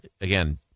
again